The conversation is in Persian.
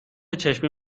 چشمی